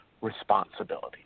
responsibility